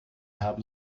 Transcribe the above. haben